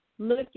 Look